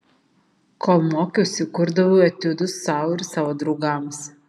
kol mokiausi kurdavau etiudus sau ir savo draugams